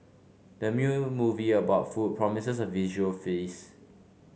the movie about food promises a visual feast